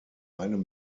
einem